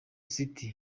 city